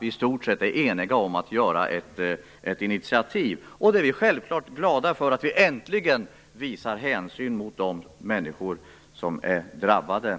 i stort sett eniga om att ta ett initiativ. Vi kristdemokrater är självfallet glada över att vi äntligen visar hänsyn mot de människor som är drabbade.